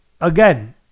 again